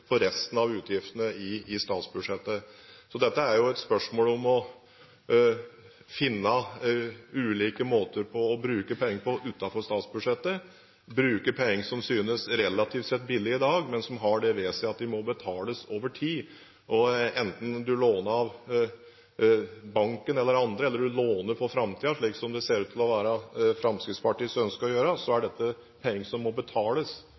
for resten av utgiftene i statsbudsjettet. Dette er et spørsmål om å finne ulike måter å bruke penger på utenfor statsbudsjettet – å bruke penger som synes, relativt sett, billig i dag, men som har det ved seg at de må betales tilbake over tid. Enten du låner av banken eller andre, eller du låner for framtiden – slik som det ser ut til at Fremskrittspartiet ønsker å gjøre – er dette penger som må betales.